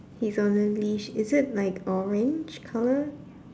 he's on a leash is it like orange colour